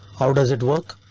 how does it work?